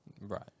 Right